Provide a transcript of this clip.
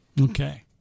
Okay